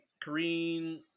Kareem